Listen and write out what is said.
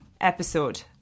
episode